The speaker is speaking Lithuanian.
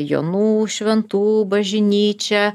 jonų šventų bažnyčia